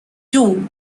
two